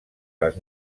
les